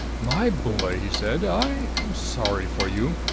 my boy, he said, i am sorry for you.